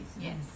yes